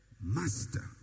master